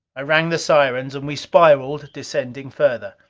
i rang the sirens, and we spiraled, descending further.